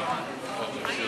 ההצעה